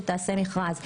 מכרז,